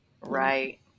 right